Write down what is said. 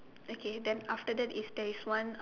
okay then after that is there is one